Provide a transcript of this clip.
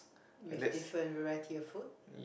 we have different variety of food